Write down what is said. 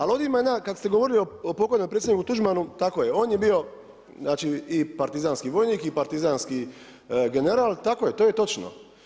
Ali ovdje ima jedna kada ste govorili o pokojnom predsjedniku Tuđmanu, tako je, on je bio, znači i partizanski vojnik i partizanski general, tako je, to je točno.